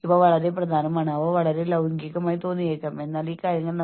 അതിനാൽ നിങ്ങൾ ഒരു വൈകാരിക വ്യക്തിയാണെങ്കിൽ അപ്പോൾ ഇതെല്ലാം നിങ്ങളെ ബാധിക്കും